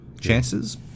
chances